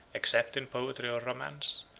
except in poetry or romance,